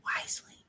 wisely